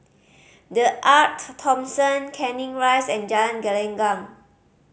The Arte Thomson Canning Rise and Jalan Gelenggang